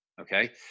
Okay